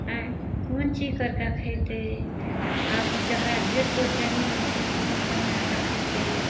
आँ कोन चीज करिकऽ खेतय आब जकरा ढेरके जमीन छै तऽ ओ कमा कऽ खेतय